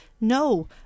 No